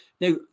Now